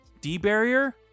D-Barrier